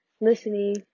listening